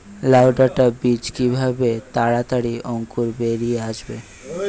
লাউ ডাটা বীজ কিভাবে তাড়াতাড়ি অঙ্কুর বেরিয়ে আসবে?